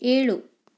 ಏಳು